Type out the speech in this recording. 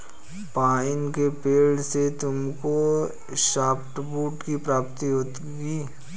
pine के पेड़ से तुमको सॉफ्टवुड की प्राप्ति होगी